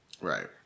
Right